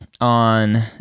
on